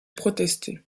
protester